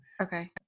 Okay